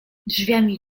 drzwiami